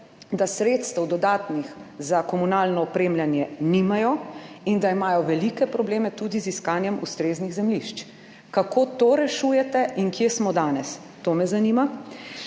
da sredstev, dodatnih, za komunalno opremljanje nimajo in, da imajo velike probleme tudi z iskanjem ustreznih zemljišč. Kako to rešujete in kje smo danes? To me zanima.